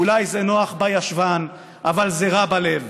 אולי זה נוח בישבן אבל זה רע בלב.